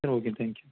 sir okay thank you